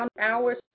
hours